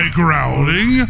growling